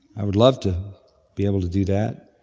i would love to be able to do that.